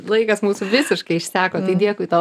laikas mūsų visiškai išseko tai dėkui tau